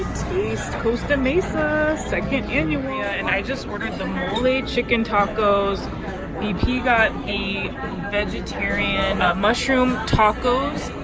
taste! costa mesa second area and i just ordered some holy chicken tacos vp got a vegetarian mushroom tacos